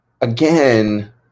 again